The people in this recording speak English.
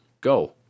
go